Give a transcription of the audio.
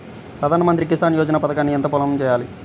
ప్రధాన మంత్రి కిసాన్ యోజన పథకానికి ఎంత పొలం ఉండాలి?